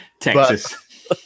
Texas